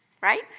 right